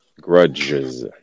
grudges